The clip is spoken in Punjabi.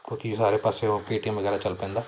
ਕਿਉਂਕਿ ਸਾਰੇ ਪਾਸੇ ਉਹ ਪੈਅਟੀਐੱਮ ਵਗੈਰਾ ਚੱਲ ਪੈਂਦਾ